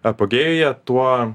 apogėjuje tuo